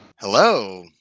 Hello